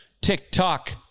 TikTok